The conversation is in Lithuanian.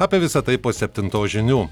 apie visa tai po septintos žinių